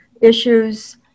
issues